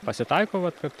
pasitaiko vat kad